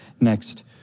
next